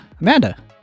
amanda